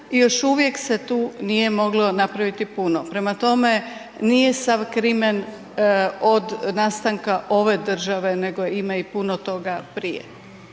i još uvijek se tu nije moglo napraviti puno, prema tome nije sav krimen od nastanka ove države nego ima i puno toga prije.